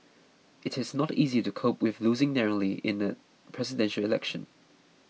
it is not easy to cope with losing narrowly in a Presidential Election